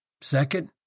Second